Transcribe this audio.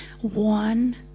one